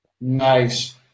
Nice